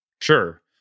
Sure